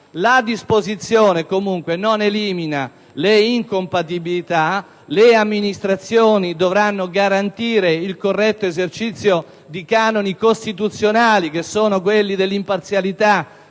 La disposizione comunque non elimina le incompatibilità. Le amministrazioni dovranno garantire il corretto esercizio dei canoni costituzionali, che sono quelli dell'imparzialità,